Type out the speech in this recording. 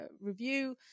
review